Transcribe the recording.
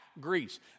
Greece